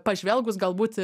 pažvelgus galbūt